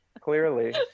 Clearly